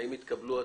האם התקבלו תשובות?